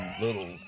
little